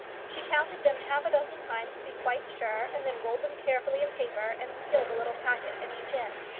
she counted them half-a-dozen times, to be quite sure, and then rolled them carefully in paper, and sealed the little packet at each end.